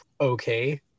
okay